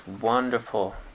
wonderful